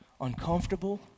uncomfortable